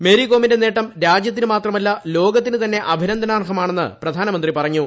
മേരികോമിന്റെ നേട്ടം രാജ്യത്തിന് മാത്രമല്ല ലോകത്തിന് തന്നെ അഭിനന്ദനാർഹമാണെന്ന് പ്രധാനമന്ത്രി പറഞ്ഞു